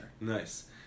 Nice